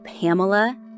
Pamela